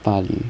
巴黎